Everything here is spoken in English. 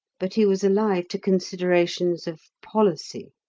but he was alive to considerations of policy.